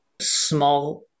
small